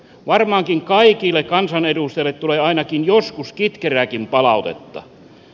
varmaankin kaikille kansanedustajille tulee ainakin joskus kitkerääkin palautetta